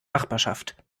nachbarschaft